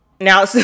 now